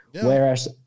Whereas